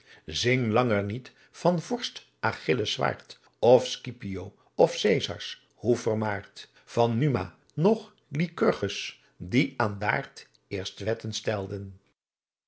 zing langer niet van vorst achilles zwaard of scipio of cezars hoe vermaard van numa noch lycurgus die aan d'aard eerst wetten stelden